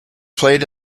played